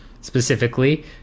specifically